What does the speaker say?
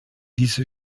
diese